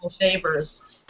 favors